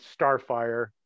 Starfire